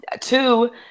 Two